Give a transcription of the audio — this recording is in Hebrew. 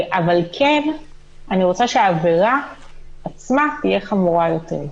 אבל כן אני רוצה שהעבירה עצמה תהיה חמורה יותר.